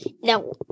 No